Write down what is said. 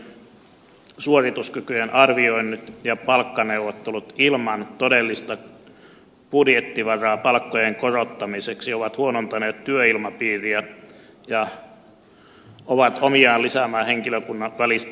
toistuvat henkilökohtaisten suorituskykyjen arvioinnit ja palkkaneuvottelut ilman todellista budjettivaraa palkkojen korottamiseksi ovat huonontaneet työilmapiiriä ja ovat omiaan lisäämään henkilökunnan välistä eripuraa